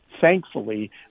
thankfully